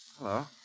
Hello